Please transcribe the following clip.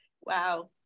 wow